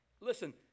Listen